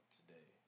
today